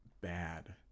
bad